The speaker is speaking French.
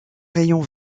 rayon